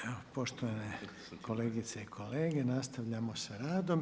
Evo poštovane kolegice i kolege, nastavljamo sa radom.